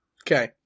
Okay